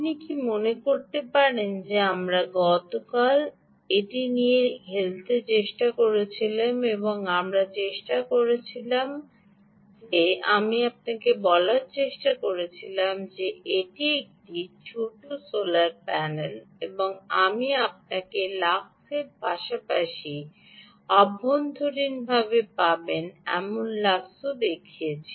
আপনি কি মনে করতে পারেন যে আমরা গতকাল এটি নিয়ে খেলতে চেষ্টা করেছি এবং আমরা চেষ্টা করে যাচ্ছিলাম আমি আপনাকে বলার চেষ্টা করছিলাম যে এটি একটি ছোট সোলার প্যানেল এবং আপনি লাক্সের পাশাপাশি আভ্যন্তরীণভাবে পাবেন এমন লাক্সও আপনাকে দেখিয়েছি